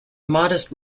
modest